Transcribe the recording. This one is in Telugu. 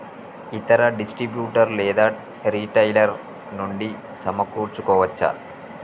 ఇతర డిస్ట్రిబ్యూటర్ లేదా రిటైలర్ నుండి సమకూర్చుకోవచ్చా?